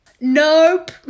nope